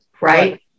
right